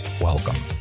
welcome